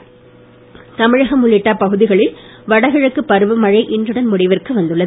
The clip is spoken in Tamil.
மழை தமிழகம் உள்ளிட்ட பகுதிகளில் வடகிழக்கு பருவமழை இன்றுடன் முடிவிற்கு வந்துள்ளது